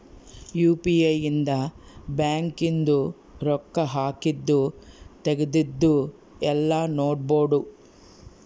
UPI ಇಂದ bank ಇಂದು ರೊಕ್ಕ ಹಾಕಿದ್ದು ತೆಗ್ದಿದ್ದು ಯೆಲ್ಲ ನೋಡ್ಬೊಡು